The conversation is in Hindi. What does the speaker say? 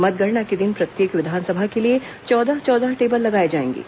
मतगणना के दिन प्रत्येक विधानसभा के लिए चौदह चौदह टेबल लगाए जाएंगे